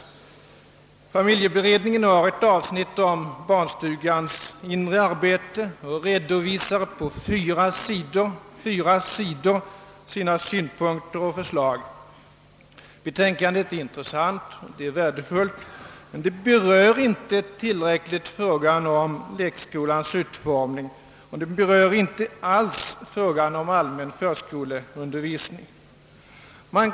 I familjeberedningens betänkande finns ett avsnitt om barnstugans inre arbete, och beredningen redovisar på fyra sidor sina synpunkter och förslag. Betänkandet är intressant och värdefullt men det behandlar inte tillräckligt frågan om lekskolans utformning och inte alls frågan om allmän förskoleundervisning.